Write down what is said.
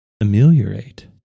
ameliorate